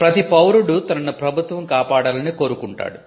ప్రతి పౌరుడు తనను ప్రభుత్వం కాపాడాలని కోరుకుంటాడు